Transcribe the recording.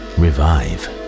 revive